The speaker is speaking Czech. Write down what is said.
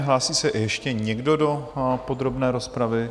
Hlásí se ještě někdo do podrobné rozpravy?